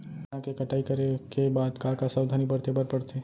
चना के कटाई करे के बाद का का सावधानी बरते बर परथे?